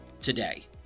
today